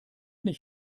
nicht